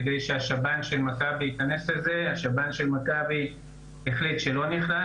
כדי שהשב"ן של מכבי ייכנס לזה השב"ן החליט שהוא לא נכנס.